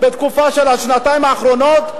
בתקופה של השנתיים האחרונות,